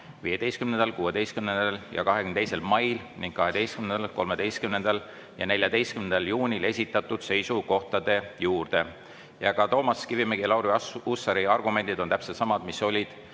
15., 16. ja 22. mail ning 12., 13. ja 14. juunil esitatud seisukohtade juurde. Aga Toomas Kivimägi ja Lauri Hussari argumendid on täpselt samad, mis olid,